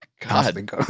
God